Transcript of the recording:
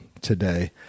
today